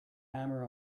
hammer